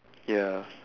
ya